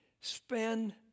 spend